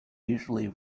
usually